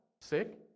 sick